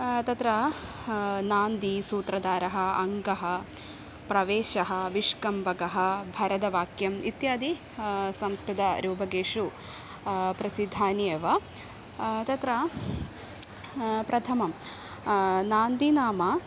तत्र नान्दी सूत्रधारः अङ्गः प्रवेशः विष्कम्भकः भरतवाक्यम् इत्यादि संस्कृतरूपकेषु प्रसिद्धानि एव तत्र प्रथमं नान्दी नाम